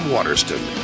Waterston